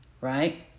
Right